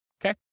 Okay